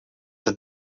your